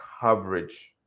coverage